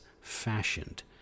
fashioned